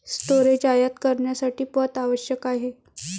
storage आयात करण्यासाठी पथ आवश्यक आहे